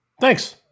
Thanks